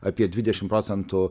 apie dvidešim procentų